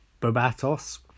babatos